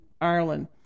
Ireland